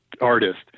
artist